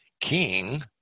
king